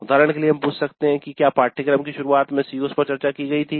उदाहरण के लिए हम पूछ सकते हैं कि क्या पाठ्यक्रम की शुरुआत में ही CO's पर चर्चा की गई थी